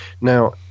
Now